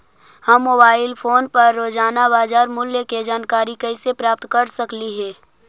हम mobile phone पर रोजाना बाजार मूल्य के जानकारी कैसे प्राप्त कर सकली हे?